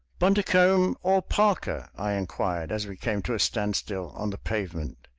bundercombe or parker? i inquired as we came to a standstill on the pavement.